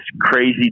crazy